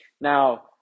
Now